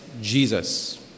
Jesus